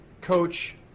coach